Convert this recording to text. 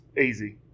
Easy